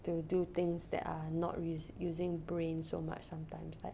to do things that are not risk using brain so much sometimes like